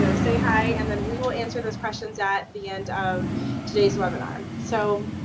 you know say hi, and then we will answer those questions at the end of today's webinar. so